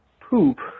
poop